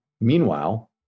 meanwhile